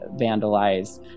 vandalized